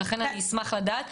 ולכן אני אשמח לדעת,